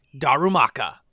darumaka